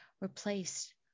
replaced